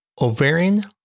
ovarian